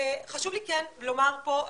חשוב לי לומר פה,